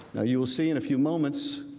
you will see in a few moments,